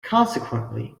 consequently